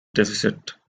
deficit